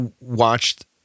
watched